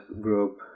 group